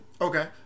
Okay